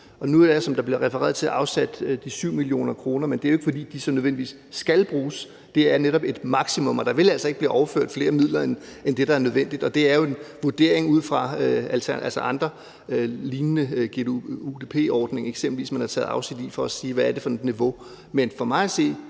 til, afsat de 7 mio. kr., men det er jo ikke, fordi de så nødvendigvis skal bruges. Det er netop et maksimum, og der vil altså ikke blive overført flere midler end det, der er nødvendigt, og det er jo en vurdering ud fra eksempelvis andre, lignende GUDP-ordninger, som man har taget afsæt i for at sige, hvad det er for et niveau.